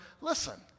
listen